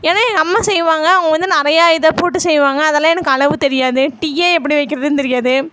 ஏன்னால் எங்கள் அம்மா அவங்க வந்து நிறைய இதை போட்டு செய்வாங்க அதெல்லாம் எனக்கு அளவு தெரியாது டீயே எப்படி வைக்கறதுனு தெரியாது